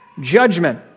judgment